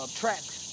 tracks